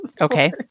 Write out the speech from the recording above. Okay